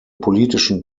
politischen